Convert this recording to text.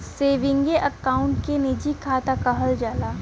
सेवींगे account के निजी खाता कहल जाला